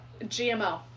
GMO